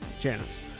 Janice